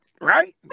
right